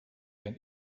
and